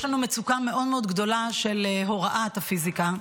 יש לנו מצוקה מאוד מאוד גדולה של הוראת הפיזיקה.